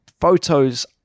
photos